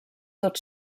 tot